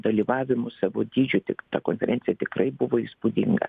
dalyvavimu savo dydžiu tik ta konkurencija tikrai buvo įspūdinga